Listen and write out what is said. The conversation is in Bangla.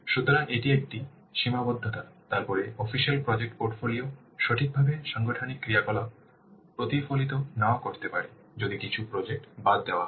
সুতরাং এটি একটি সীমাবদ্ধতা তারপরে অফিসিয়াল প্রজেক্ট পোর্টফোলিও সঠিকভাবে সাংগঠনিক ক্রিয়াকলাপ প্রতিফলিত নাও করতে পারে যদি কিছু প্রজেক্ট বাদ দেওয়া হয়